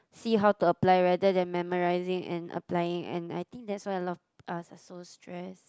see how to apply rather than memorising and applying and I think that's why a lot of us are so stress